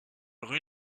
rue